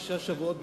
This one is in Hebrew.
שישה שבועות,